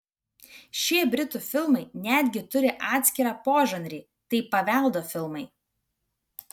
šie britų filmai netgi turi atskirą požanrį tai paveldo filmai